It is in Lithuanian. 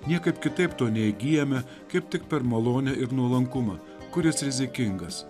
niekaip kitaip to neįgyjame kaip tik per malonę ir nuolankumą kuris rizikingas